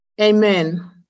Amen